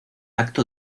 acto